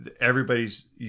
everybody's